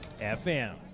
FM